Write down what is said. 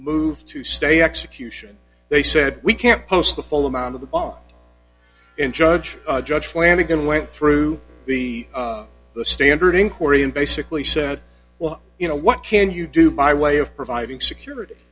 move to stay execution they said we can't post the full amount of the ball in judge judge flanagan went through the standard inquiry and basically said well you know what can you do by way of providing security